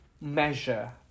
measure